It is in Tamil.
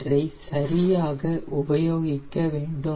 அவற்றை சரியாக உபயோகிக்க வேண்டும்